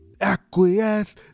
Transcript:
acquiesce